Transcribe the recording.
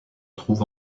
trouve